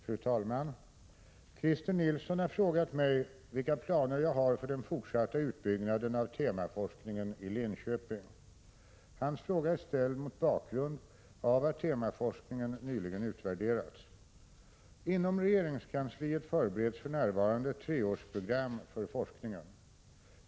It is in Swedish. Fru talman! Christer Nilsson har frågat mig vilka planer jag har för den fortsatta utbyggnaden av temaforskningen i Linköping. Hans fråga är ställd mot bakgrund av att denna nyligen utvärderats. Inom regeringskansliet förbereds för närvarande ett treårsprogram för forskningen.